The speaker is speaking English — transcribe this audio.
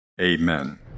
Amen